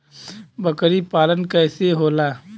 बकरी पालन कैसे होला?